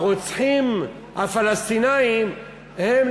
הרוצחים הפלסטינים הם,